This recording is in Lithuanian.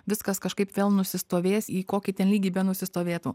viskas kažkaip vėl nusistovės į kokį lygį benusistovėtų